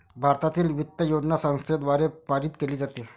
भारतातील वित्त योजना संसदेद्वारे पारित केली जाते